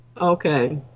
Okay